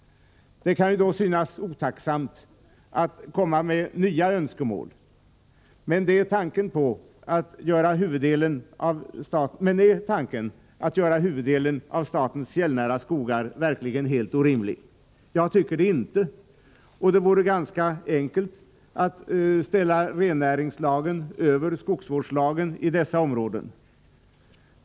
Det kan synas otacksamt att komma med nya önskemål. Jag vill ändå fråga om tanken på att skydda huvuddelen av statens fjällnära skogar är helt orimlig? Jag tycker inte det, och det vore ganska enkelt att ställa rennäringslagen över skogsvårdslagen i dessa områden.